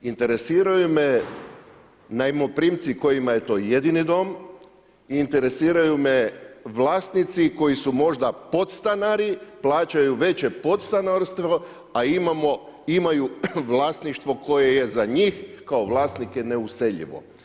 Interesiraju me najmoprimci kojima je to jedini dom i interesiraju me vlasnici koji su možda podstanari, plaćaju veće podstanarstvo, a imaju vlasništvo koje je za njih kao vlasnike neuseljivo.